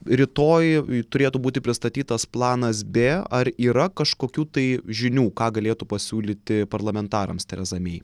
rytoj turėtų būti pristatytas planas b ar yra kažkokių tai žinių ką galėtų pasiūlyti parlamentarams tereza mei